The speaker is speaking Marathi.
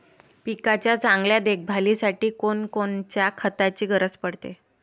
पिकाच्या चांगल्या देखभालीसाठी कोनकोनच्या खताची गरज पडते?